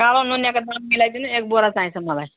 कालो नुनियाको दाम मिलाइदिनु एक बोरा चाहिन्छ मलाई